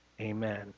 Amen